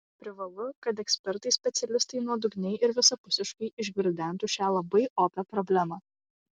privalu kad ekspertai specialistai nuodugniai ir visapusiškai išgvildentų šią labai opią problemą